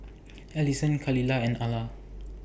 Alyson Khalilah and Ala